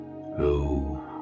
Go